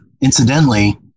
incidentally